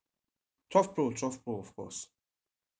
twelve pro twelve pro of course